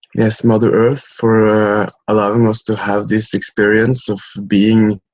yes, mother earth for allowing us to have this experience of being